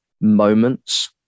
moments